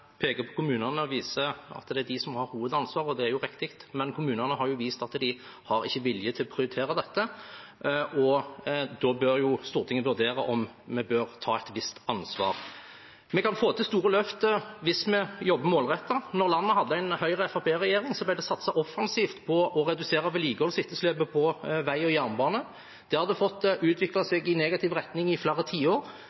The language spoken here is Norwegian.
peker på kommunene og viser til at det er de som har hovedansvaret, og det er jo riktig. Men kommunene har vist at de ikke har vilje til å prioritere dette. Da bør Stortinget vurdere om vi bør ta et visst ansvar. Vi kan få til store løft hvis vi jobber målrettet. Da landet hadde en Høyre–Fremskrittsparti-regjering, ble det satset offensivt på å redusere vedlikeholdsetterslepet på vei og jernbane. Det hadde fått